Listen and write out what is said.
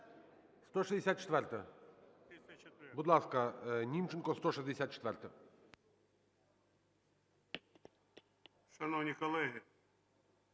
Шановні колеги,